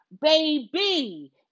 Baby